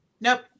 nope